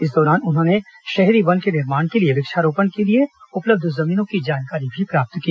इस दौरान उन्होंने शहरी वन के निर्माण के लिए वृक्षारोपण के लिए उपलब्ध जमीनों की जानकारी भी प्राप्त की